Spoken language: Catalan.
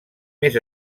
més